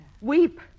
Weep